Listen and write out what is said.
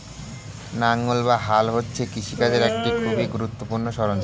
লাঙ্গল বা হাল হচ্ছে কৃষিকার্যের একটি খুবই গুরুত্বপূর্ণ সরঞ্জাম